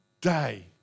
day